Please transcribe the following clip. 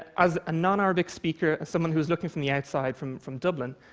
as a non-arabic speaker, as someone who was looking from the outside, from from dublin,